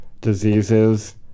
diseases